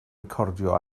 recordio